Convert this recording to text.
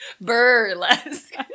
Burlesque